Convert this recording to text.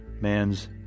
man's